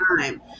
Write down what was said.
time